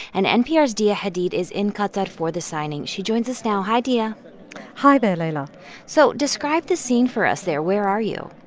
and npr's diaa hadid is in qatar for the signing. she joins us now. hi, diaa ah hi there, leila so describe the scene for us there. where are you?